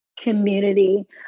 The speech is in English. community